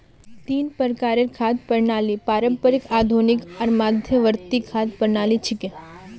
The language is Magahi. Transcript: तीन प्रकारेर खाद्य प्रणालि पारंपरिक, आधुनिक आर मध्यवर्ती खाद्य प्रणालि छिके